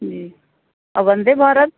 جی اور وندے بھارت